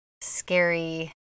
scary